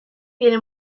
tiene